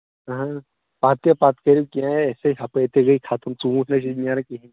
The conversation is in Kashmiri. اَہن حظ پَتہٕ تہِ پَتہٕ کٔرِو کینٛہہ اَسے ہُپٲرۍ تہِ گٔے خَتَم ژوٗنٹھۍ نہ چھِ اَسہِ نیران کِہینۍ